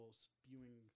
spewing